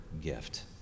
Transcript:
gift